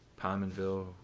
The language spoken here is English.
Pominville